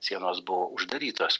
sienos buvo uždarytos